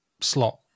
slot